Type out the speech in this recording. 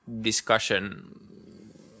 discussion